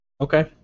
Okay